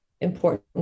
important